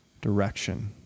Direction